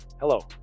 Hello